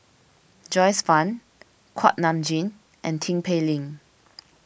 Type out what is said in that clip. Joyce Fan Kuak Nam Jin and Tin Pei Ling